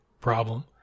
problem